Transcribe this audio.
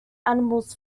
animals